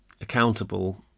accountable